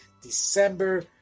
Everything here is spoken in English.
december